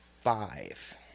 five